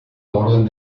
orden